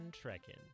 trekking